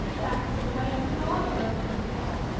that is the way with all your old coquettes